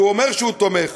כשהוא אומר שהוא תומך,